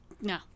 no